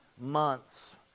months